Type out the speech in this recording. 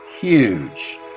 huge